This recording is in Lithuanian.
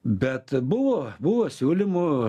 bet buvo buvo siūlymų